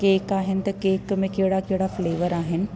cake आहिनि त cake में कहिड़ा कहिड़ा फ्लेवर आहिनि